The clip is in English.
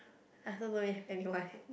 I also don't have anyone leh